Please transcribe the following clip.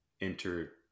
enter